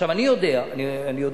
אני יודע בוודאות,